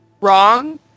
wrong